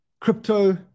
crypto